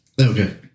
Okay